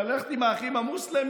אבל ללכת עם האחים המוסלמים?